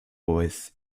voice